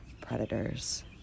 predators